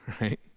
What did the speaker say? right